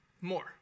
more